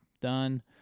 done